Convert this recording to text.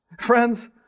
Friends